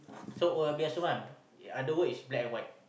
so oh-yeah-peh-yah-som kan other word is black and white